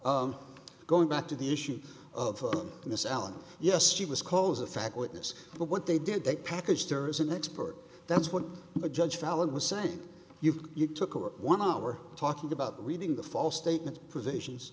going back to the issue of miss allen yes she was close a fact witness but what they did they package there is an expert that's what the judge fallon was saying you took over one hour talking about reading the false statement provisions